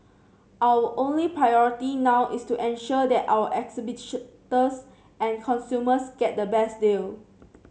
our only priority now is to ensure that our exhibitors and consumers get the best deal